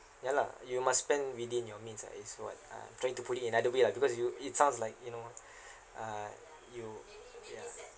ya lah you must spend within your means ah is what uh trying to put it in other way lah because you it sounds like you know uh you ya